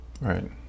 Right